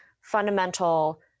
fundamental